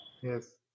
yes